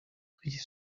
rief